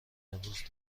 امروز